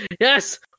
yes